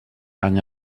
any